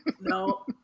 No